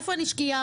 איפה הנשקייה?